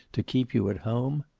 to keep you at home?